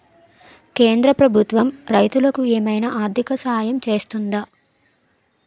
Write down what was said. కేంద్ర ప్రభుత్వం రైతులకు ఏమైనా ఆర్థిక సాయం చేస్తుందా?